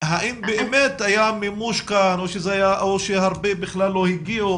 האם באמת היה מימוש כאן או שהרבה בכלל לא הגיעו,